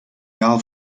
jahr